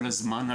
כל הזמן,